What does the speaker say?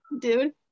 dude